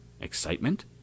excitement